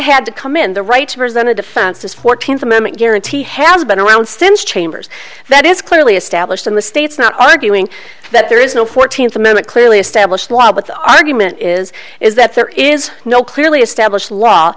had to come in the right to present a defense to fourteenth amendment guarantee has been around since chambers that is clearly established in the states not arguing that there is no fourteenth amendment clearly established law but the argument is is that there is no clearly established law